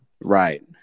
Right